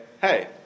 hey